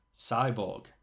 cyborg